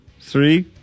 three